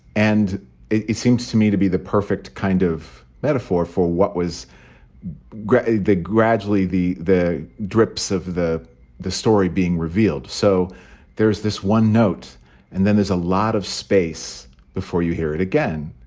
and it seems to me to be the perfect kind of metaphor for what was the gradually the the drips of the the story being revealed. so there's this one note and then there's a lot of space before you hear it again.